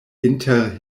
inter